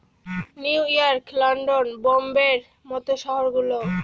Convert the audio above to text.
new York, London, বোম্বের মত শহর গুলো